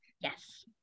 Yes